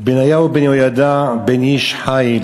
"ובניהו בן יהוידע בן איש חי"